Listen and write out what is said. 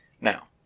Now